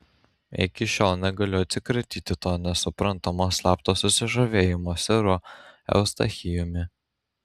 iki šiol negaliu atsikratyti to nesuprantamo slapto susižavėjimo seru eustachijumi